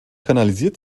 kanalisiert